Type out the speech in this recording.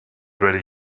write